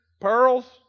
pearls